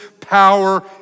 power